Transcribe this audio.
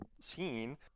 seen